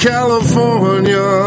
California